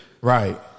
right